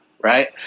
right